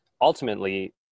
ultimately